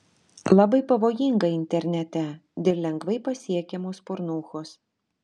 labai pavojinga internete dėl lengvai pasiekiamos pornūchos